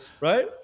right